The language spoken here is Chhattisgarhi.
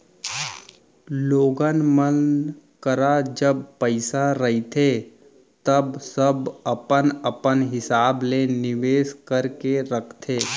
लोगन मन करा जब पइसा रहिथे तव सब अपन अपन हिसाब ले निवेस करके रखथे